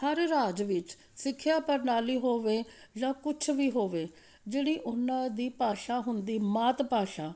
ਹਰ ਰਾਜ ਵਿੱਚ ਸਿੱਖਿਆ ਪ੍ਰਣਾਲੀ ਹੋਵੇ ਜਾਂ ਕੁਛ ਵੀ ਹੋਵੇ ਜਿਹੜੀ ਉਹਨਾਂ ਦੀ ਭਾਸ਼ਾ ਹੁੰਦੀ ਮਾਤ ਭਾਸ਼ਾ